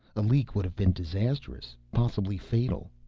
a leak would have been disastrous, possibly fatal.